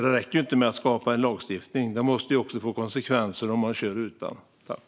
Det räcker inte att skapa en lagstiftning. Det måste också få konsekvenser om man kör utan vinterdäck.